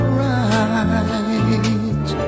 right